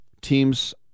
teams